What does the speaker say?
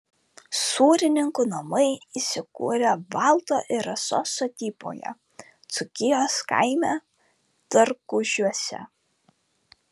sūrininkų namai įsikūrę valdo ir rasos sodyboje dzūkijos kaime dargužiuose